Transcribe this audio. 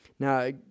Now